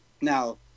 Now